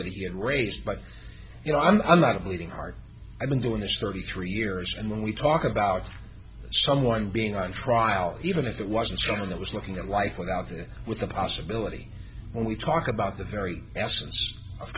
that he had raised but you know i'm not a bleeding heart i've been doing this thirty three years and when we talk about someone being on trial even if it wasn't something that was looking at life with out there with the possibility when we talk about the very essence of